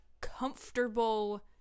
comfortable